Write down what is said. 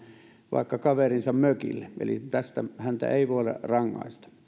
vaikka kaverinsa mökille eli tästä häntä ei voida rangaista